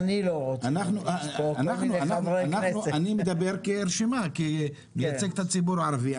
אני מדבר כרשימה וכמייצג את הציבור הערבי,